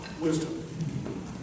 wisdom